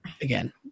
again